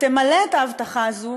תמלא את ההבטחה הזאת,